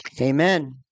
Amen